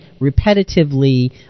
repetitively